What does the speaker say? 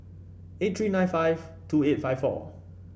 eight three nine five two eight five four